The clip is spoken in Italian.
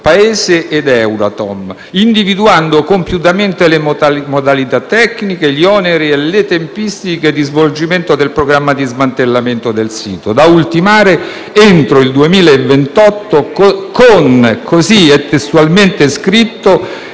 Paese e l'Euratom, individuando compiutamente le modalità tecniche, gli oneri e le tempistiche di svolgimento del programma di smantellamento del sito, da ultimare entro il 2028 con - così è testualmente scritto